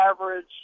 average